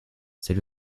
c’est